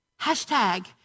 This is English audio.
hashtag